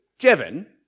Jevin